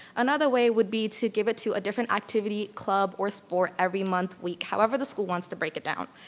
another way would be to give it to a different activity, club, or sport every month, week, however the school wants to break it down.